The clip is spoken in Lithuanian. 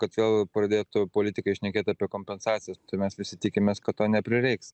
kad vėl pradėtų politikai šnekėt apie kompensacijas tai mes visi tikimės kad to neprireiks